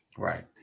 Right